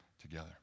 together